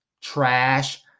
Trash